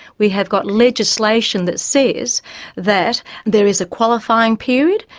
we've got legislation that says that there's a qualifying period.